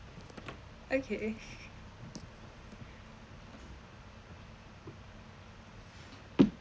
okay